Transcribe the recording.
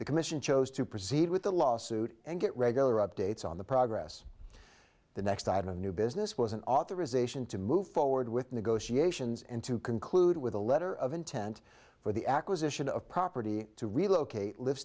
the commission chose to proceed with the lawsuit and get regular updates on the progress the next tide of new business was an authorization to move forward with negotiations and to conclude with a letter of intent for the acquisition of property to relocate live